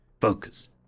focus